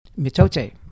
Mitote